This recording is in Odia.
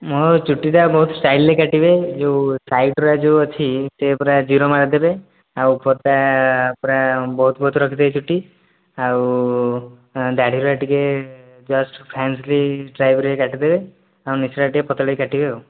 ମୋ ଚୁଟିଟା ବହୁତ ଷ୍ଟାଇଲରେ କାଟିବେ ଯେଉଁ ସାଇଡ଼ଗୁଡ଼ା ଯେଉଁ ଅଛି ସେ ପୁରା ଜିରୋ ମାରିଦେବେ ଆଉ ଉପରଟା ପୁରା ବହୁତ ବହୁତ ରଖିଦେବେ ଚୁଟି ଆଉ ଦାଢ଼ିଟା ଟିକେ ଜଷ୍ଟ୍ ଫ୍ରାଙ୍କଲି ଟାଇପରେ କାଟିଦେବେ ଆଉ ନିଶଟା ଟିକେ ପତଳେଇକି କାଟିବେ ଆଉ